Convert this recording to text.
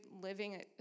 living